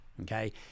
okay